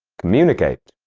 communicate,